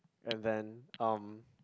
and then um